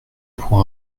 pour